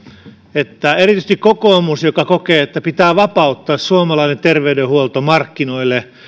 että erityisesti kokoomus joka kokee että pitää vapauttaa suomalainen terveydenhuolto markkinoille